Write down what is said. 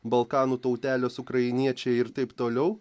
balkanų tautelės ukrainiečiai ir taip toliau